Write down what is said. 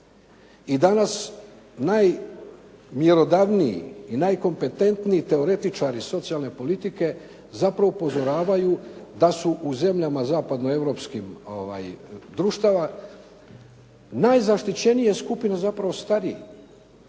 I danas najmjerodavniji i najkompetentniji teoretičari socijalne politike zapravo upozoravaju da su u zemljama zapadnoeuropskih društava najzaštićenije skupine zapravo stariji.